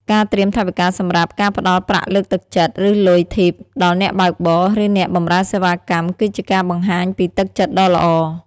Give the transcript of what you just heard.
ការត្រៀមថវិកាសម្រាប់ការផ្តល់ប្រាក់លើកទឹកចិត្ត ឬ លុយ Tip ដល់អ្នកបើកបរ ឬអ្នកបម្រើសេវាកម្ម គឺជាការបង្ហាញពីទឹកចិត្តដ៏ល្អ។